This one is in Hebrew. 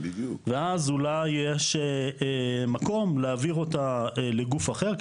ואז אולי יש מקום להעביר אותה לגוף אחר,